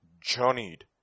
journeyed